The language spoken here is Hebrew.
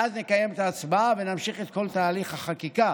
ואז נקיים את ההצבעה ונמשיך את כל תהליך החקיקה